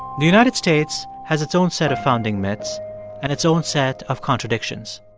the united states has its own set of founding myths and its own set of contradictions.